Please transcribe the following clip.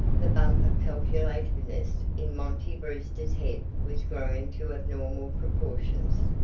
the bump of calculativeness in monty brewster's head was growing to abnormal proportions.